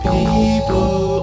People